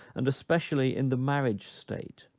and especially in the marriage state,